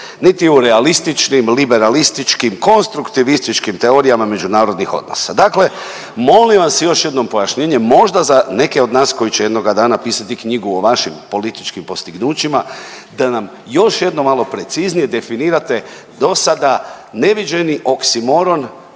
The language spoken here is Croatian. niti u realističnim, liberalističkim, konstruktivističkim teorijama međunarodnih odnosa. Dakle, molim vas još jednom pojašnjenje možda za neke od nas koji će jednoga dana pisati knjigu o vašim političkim postignućima da nam još jednom malo preciznije definirate do sada neviđeni oksimoron